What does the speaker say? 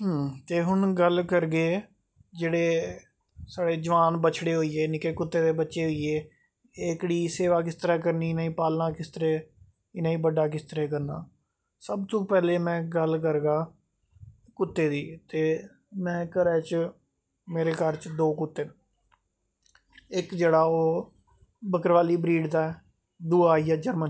ते हून गल्ल करगे जेह्ड़े साढ़े जवान बछड़े होइये कुत्ते दे निक्के बच्चे होइये एह्कड़ी सेवा किस तरां करनी पालना किस तरां एह् इनेंगी बड्डे कियां करनां सब तो पैह्लें में गल्ल करगा कुत्ते दी ते में घरा च दो कुत्ते इक जेह्ड़ा ओह् बकरवाली ब्रीड दा ऐ